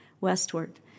westward